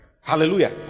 Hallelujah